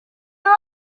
ganz